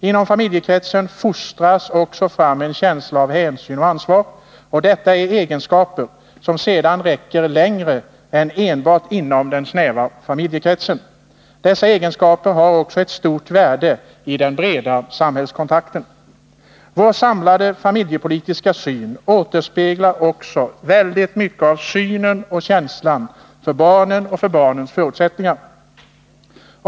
Inom familjekretsen fostras också fram en känsla av hänsyn och ansvar, och detta är egenskaper som sedan räcker längre än enbart inom den snäva familjekretsen. Dessa egenskaper har också ett stort värde i den breda samhällskontakten. Vår samlade familjepolitiska syn återspeglar också väldigt mycket av känslan för barnen och barnens förutsättningar.